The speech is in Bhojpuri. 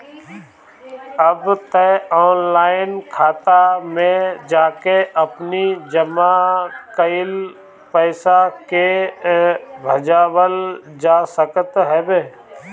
अब तअ ऑनलाइन खाता में जाके आपनी जमा कईल पईसा के भजावल जा सकत हवे